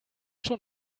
schon